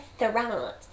restaurant